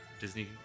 Disney